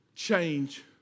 change